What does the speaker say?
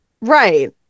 Right